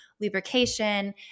lubrication